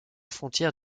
frontière